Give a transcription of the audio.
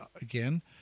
again